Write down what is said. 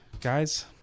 guys